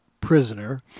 prisoner